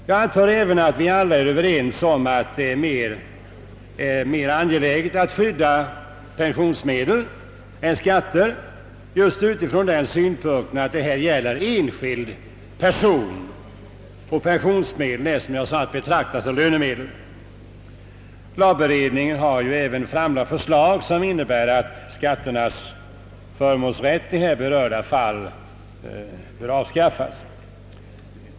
Jag antar att vi alla är överens om att det är mer angeläget att skydda pensionsmedel än skatter just utifrån den synpunkten att det här gäller enskild person och att pensionsmedel är att betrakta som lönemedel. Lagberedningen har även framlagt förslag som innebär att skatternas förmånsrätt i här berörda fall skall avskaffas.